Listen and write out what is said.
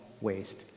waste